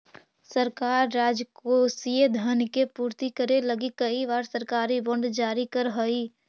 सरकार राजकोषीय धन के पूर्ति करे लगी कई बार सरकारी बॉन्ड जारी करऽ हई